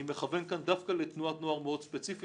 אני מכוון כאן דווקא לתנועת נוער מאוד ספציפית